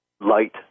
light